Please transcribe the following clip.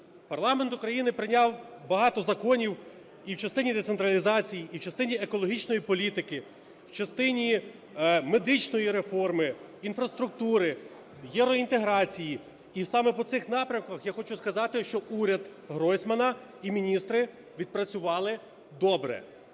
Парламент України прийняв багато законів і в частині децентралізації, і в частині екологічної політики, в частині медичної реформи, інфраструктури, євроінтеграції. І саме по цих напрямках я хочу сказати, що уряд Гройсмана і міністри відпрацювали добре,